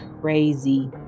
crazy